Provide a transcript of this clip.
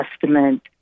Testament